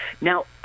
Now